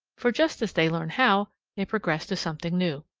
for just as they learn how, they progress to something new.